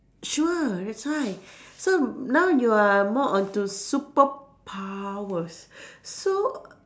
sure that's why so now you are more on to superpowers so